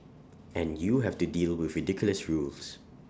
and you have to deal with ridiculous rules